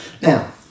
Now